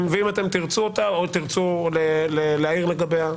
ואם תרצו אותה או תרצו להעיר לגביה,